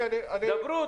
דברו.